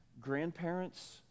grandparents